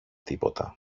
τίποτα